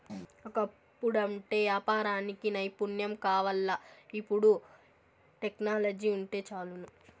ఒకప్పుడంటే యాపారానికి నైపుణ్యం కావాల్ల, ఇపుడు టెక్నాలజీ వుంటే చాలును